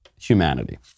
humanity